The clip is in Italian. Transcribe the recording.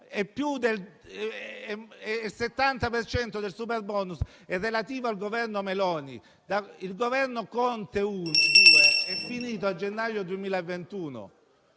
cento del superbonus è relativo al Governo Meloni. Il Governo Conte II è finito a gennaio 2021.